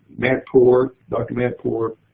matt poore, dr. matt poore,